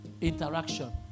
Interaction